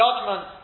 judgment